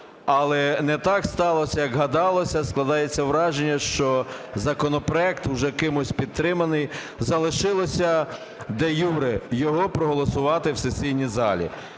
Але не так сталося, як гадалося. Складається враження, що законопроект уже кимось підтриманий, залишилося де-юре його проголосувати в сесійній залі.